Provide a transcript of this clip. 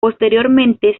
posteriormente